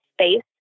space